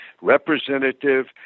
representative